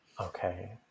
Okay